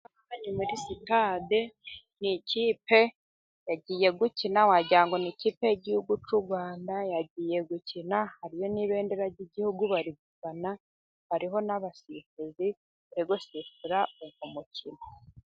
Aha ni muri sitade, ni ikipe yagiye gukina wagira ngo ni ikipe y'Igihugu cy'u Rwanda, yagiye gukina hariyo ,n'ibendera ry'Igihugu bari gufana, hariho n'abasifuzi bari gusifura umukino.